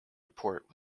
report